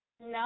No